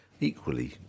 equally